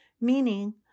meaning